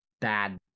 bad